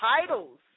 titles